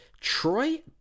troy